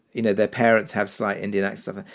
you know, their parents have slight indian accent,